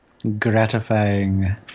gratifying